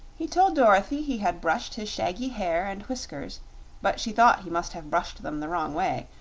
he told dorothy he had brushed his shaggy hair and whiskers but she thought he must have brushed them the wrong way,